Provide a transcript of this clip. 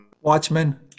Watchmen